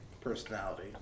personality